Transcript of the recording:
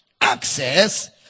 access